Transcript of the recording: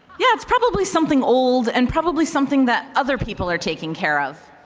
yeah. it's probably something old and probably something that other people are taking care of.